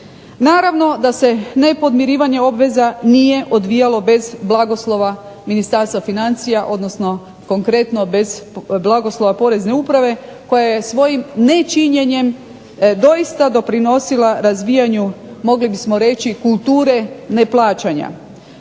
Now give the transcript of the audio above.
Naravno da se nepodmirivanje obveza nije odvijalo bez blagoslova Ministarstva financija odnosno konkretno bez blagoslova Porezne uprave koja je svojim nečinjenjem doista doprinosila razvijaju mogli bismo reći kulture neplaćanja.